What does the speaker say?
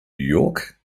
york